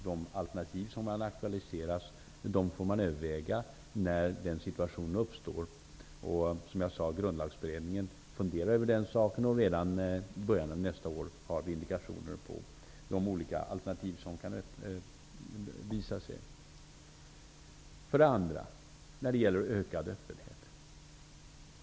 De alternativ som aktualiseras får man överväga när den situationen uppstår. Som jag sade funderar grundlagsberedningen över den saken. Redan i början av nästa år har vi indikationer på de olika alternativ som kan visa sig. Den andra frågan gäller ökad öppenhet.